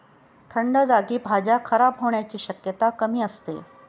थंड जागी भाज्या खराब होण्याची शक्यता कमी असते